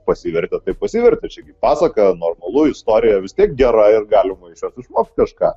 pasivertė tai pasivertė čia gi pasaka normalu istorija vis tiek gera ir galima iš jos išmokt kažką